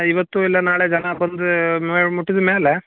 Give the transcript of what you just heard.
ಇವತ್ತು ಇಲ್ಲ ನಾಳೆ ಜನ ಬಂದ ಮೇಲೆ ಮುಟ್ಟಿದ ಮೇಲೆ